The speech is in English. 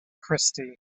christie